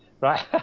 Right